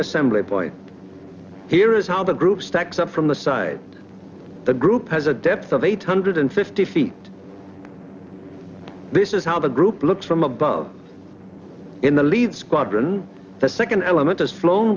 assembly point here is how the group stacks up from the side the group has a depth of eight hundred fifty feet this is how the group looks from above in the lead squadron the second element has flown